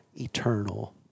eternal